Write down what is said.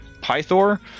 Pythor